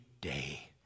day